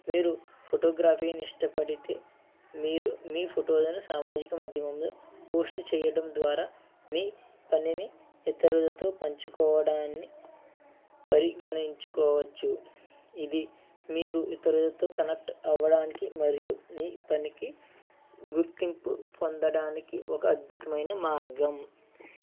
మీరు ఫోటోగ్రఫీని ఇష్టపడితే మీరు మీ ఫోటోలను సామాజిక మాధ్యమంలో పోస్ట్ చేయడం ద్వారా మీ పనిని ఇతరులతో పంచుకోవడాన్ని పరిగణించుకోవచ్చు ఇది మీరు ఇతరులతో కనెక్ట్ అవ్వడానికి మరియు మీ పనికి గుర్తింపు పొందడానికి ఒక అద్భుతమైన మార్గం